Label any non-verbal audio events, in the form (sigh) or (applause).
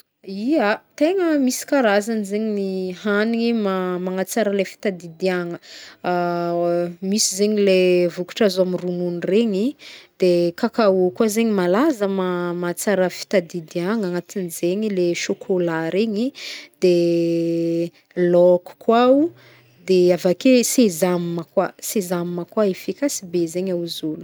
Hia! Tegna misy karazagny zegny ny hagnigny magnatsara le fitadidiagna. (hesitation) Misy zegny leh vokatra azo amy ronono regny, de kakaô koa zegny malaza ma- mahatsara fitadidiagna agnatin'izegny le chocolat regny. De (hesitation) laoko koa o, de avake sesame koa. sesame koa efikasy be zegny ozy oôlo.